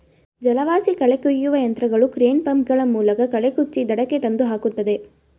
ಜಲವಾಸಿ ಕಳೆ ಕುಯ್ಯುವ ಯಂತ್ರಗಳು ಕ್ರೇನ್, ಪಂಪ್ ಗಳ ಮೂಲಕ ಕಳೆ ಕುಚ್ಚಿ ದಡಕ್ಕೆ ತಂದು ಹಾಕುತ್ತದೆ